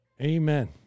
Amen